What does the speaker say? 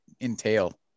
entail